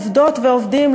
עובדות ועובדים,